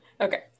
Okay